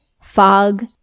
fog